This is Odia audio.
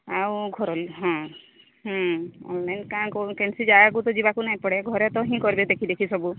ଆଉ ଘରୋଲି ହଁ ହଁ ଅନ୍ଲାଇନ୍ରେ କାଁ କ'ଣ କେମ୍ତି ବାହାରକୁ ତ ଯିବାକୁ ନାଇଁ ପଡ଼େ ହୋ ଘରେ ତ ହିଁ କରିବେ ଦେଖିଦେଖି ସବୁ